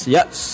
Yes